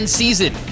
season